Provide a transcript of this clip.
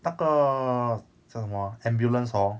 那个讲什么 ah ambulance hor